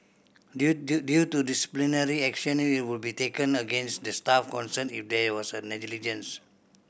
due due due to disciplinary action it will be taken against the staff concerned if there was a negligence